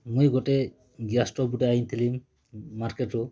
ମୁଇଁ ଗୁଟେ gas stove ଗୁଟେ ଆନିଥିଲି ମାର୍କେଟ୍ ରୁ